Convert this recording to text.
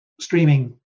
streaming